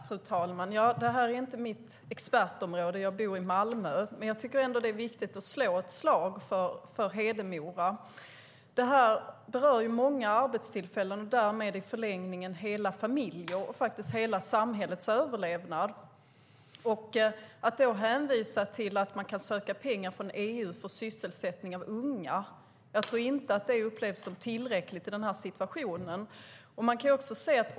Fru talman! Det här är inte mitt expertområde då jag bor i Malmö. Jag tycker ändå att det är viktigt att slå ett slag för Hedemora. Det här berör många arbetstillfällen och i förlängningen hela familjer. Det handlar faktiskt om hela samhällets överlevnad. Att hänvisa till att man kan söka pengar från EU för sysselsättning av unga tror jag inte upplevs som tillräckligt i den här situationen.